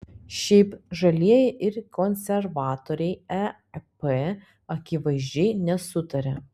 šiaip žalieji ir konservatoriai ep akivaizdžiai nesutaria